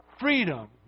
freedom